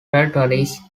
territories